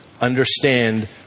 understand